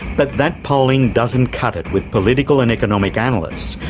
but that polling doesn't cut it with political and economic analysts,